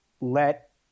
let